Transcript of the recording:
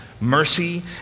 mercy